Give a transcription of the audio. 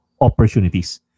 opportunities